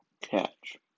catch